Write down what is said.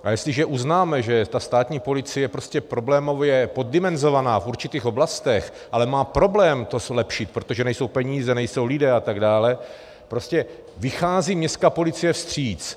A jestliže uznáme, že státní policie je prostě problémově poddimenzovaná v určitých oblastech, ale má problém to zlepšit, protože nejsou peníze, nejsou lidé atd., prostě vychází městská policie vstříc.